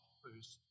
first